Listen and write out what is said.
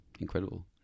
Incredible